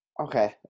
Okay